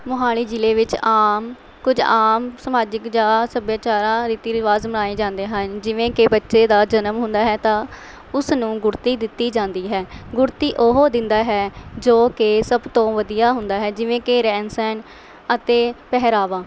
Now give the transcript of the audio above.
ਮੋਹਾਲੀ ਜ਼ਿਲ੍ਹੇ ਵਿੱਚ ਆਮ ਕੁਝ ਆਮ ਸਮਾਜਿਕ ਜਾਂ ਸੱਭਿਆਚਾਰਾਂ ਰੀਤੀ ਰਿਵਾਜ਼ ਮਨਾਏ ਜਾਂਦੇ ਹਨ ਜਿਵੇਂ ਕਿ ਬੱਚੇ ਦਾ ਜਨਮ ਹੁੰਦਾ ਹੈ ਤਾਂ ਉਸ ਨੂੰ ਗੁੜਤੀ ਦਿੱਤੀ ਜਾਂਦੀ ਹੈ ਗੁੜਤੀ ਉਹ ਦਿੰਦਾ ਹੈ ਜੋ ਕਿ ਸਭ ਤੋਂ ਵਧੀਆ ਹੁੰਦਾ ਹੈ ਜਿਵੇਂ ਕਿ ਰਹਿਣ ਸਹਿਣ ਅਤੇ ਪਹਿਰਾਵਾ